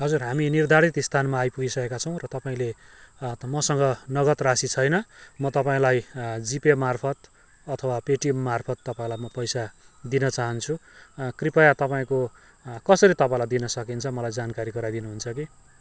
हजुर हामी निर्धारित स्थानमा आइपुगिसकेका छौँ र तपाईँले मसँग नगद राशि छैन म तपाईँलाई जिपे मार्फत् अथवा पेटिएम मार्फत् तपाईँलाई म पैसा दिन चाहन्छु कृपया तपाईँको कसरी तपाईँलाई दिन सकिन्छ मलाई जानकारी गराइदिनु हुन्छ कि